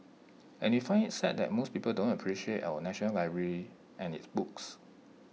and we find IT sad that most people don't appreciate our National Library and its books